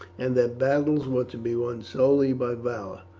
and that battles were to be won solely by valour,